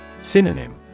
Synonym